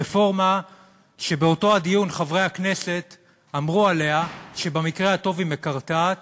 רפורמה שבאותו הדיון חברי הכנסת אמרו עליה שבמקרה הטוב היא מקרטעת